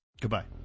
Goodbye